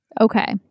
okay